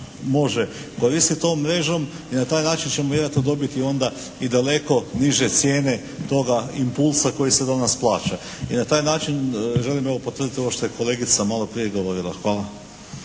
koristiti tom mrežom i na taj način ćemo vjerojatno dobiti onda i daleko niže cijene toga impulsa koji se danas plaća i na taj način želimo evo potvrditi ovo što je kolegica maloprije i govorila. Hvala.